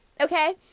okay